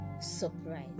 surprise